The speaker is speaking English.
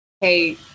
hey